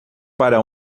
para